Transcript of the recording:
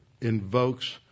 invokes